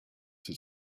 have